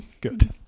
good